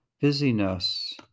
busyness